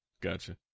Gotcha